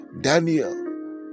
Daniel